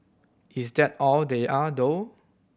is that all they are though